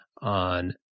on